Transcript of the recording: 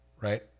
right